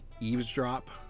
eavesdrop